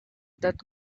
that